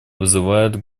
вызывает